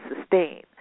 sustain